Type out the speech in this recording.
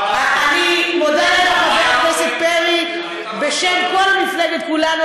אני מודה לחבר הכנסת פרי בשם כל מפלגת כולנו,